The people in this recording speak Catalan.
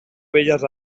belles